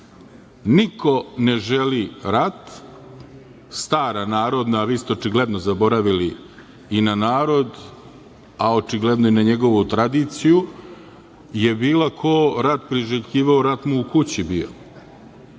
ne želi rat. Stara narodna, a vi ste očigledno zaboravili i na narod, a očigledno i na njegovu tradiciju je bila ko rat priželjkivao rat mu kući bio.